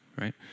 Right